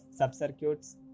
subcircuits